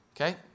Okay